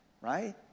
right